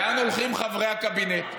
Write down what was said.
לאן הולכים חברי הקבינט?